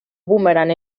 boomerang